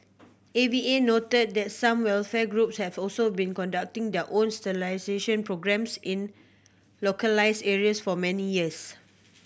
A V A noted that some welfare groups have also been conducting their own sterilisation programmes in localised areas for many years